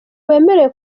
wemerewe